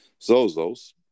Zozos